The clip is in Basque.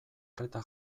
arreta